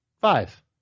five